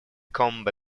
combe